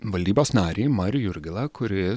valdybos narį marių jurgilą kuris